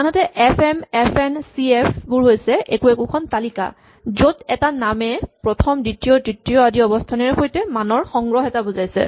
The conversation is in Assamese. আনহাতে F M F N C F বোৰ হৈছে একো একোখন তালিকা য'ত এটা নামে প্ৰথম দ্বিতীয় তৃতীয় আদি অৱস্হানেৰে সৈতে মানৰ সংগ্ৰহ এটা বুজাইছে